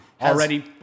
Already